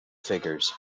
figures